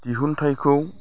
दिहुन्थाइखौ